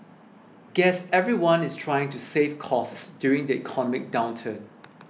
guess everyone is trying to save costs during the economic downturn